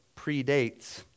predates